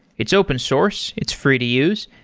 it's open source. it's free to use,